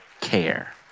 care